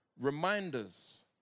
reminders